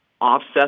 offset